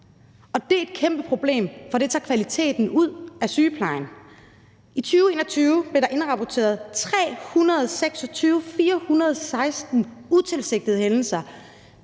Og det er et kæmpeproblem, for det tager kvaliteten ud af sygeplejen. I 2021 blev der indrapporteret 326.416 utilsigtede hændelser.